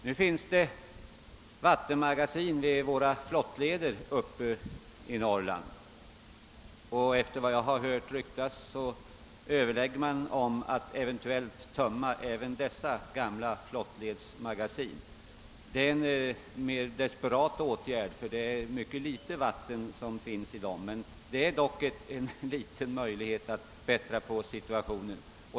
Nu finns det vattenmagasin i våra norrländska flottleder, och enligt vad jag hört ryktas överväger man att töm ma även dessa gamla flottledsmagasin. Det är en desperat åtgärd eftersom det är mycket litet vatten i dessa magasin, men det innebär givetvis en liten möjlighet att förbättra situationen.